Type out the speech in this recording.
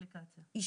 דפי חשבון,